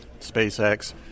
SpaceX